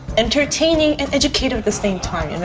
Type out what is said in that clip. entertaining and educative at the same time.